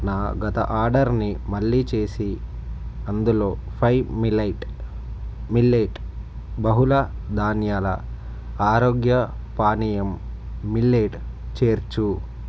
నా గత ఆర్డర్ ని మళ్ళీ చేసి అందులో ఫైవ్ మిలైట్ మిల్లెట్ బహుళ ధాన్యాల ఆరోగ్య పానీయం మిల్లెట్ చేర్చు